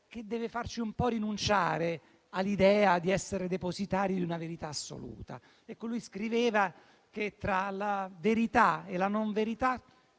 che deve farci un po' rinunciare all'idea di essere depositari di una verità assoluta. Scriveva che tra la verità e la non verità